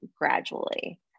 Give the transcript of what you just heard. gradually